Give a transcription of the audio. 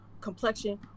complexion